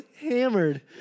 hammered